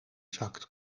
zakt